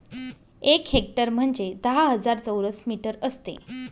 एक हेक्टर म्हणजे दहा हजार चौरस मीटर असते